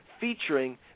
featuring